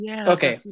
okay